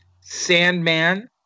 Sandman